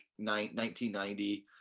1990